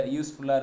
useful